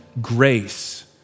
grace